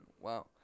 Wow